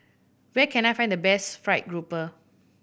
where can I find the best fried grouper